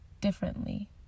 differently